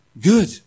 good